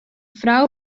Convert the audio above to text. frou